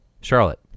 Charlotte